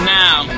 now